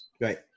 Right